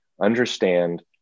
understand